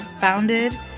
founded